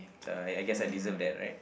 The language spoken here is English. uh I I guess I deserve that right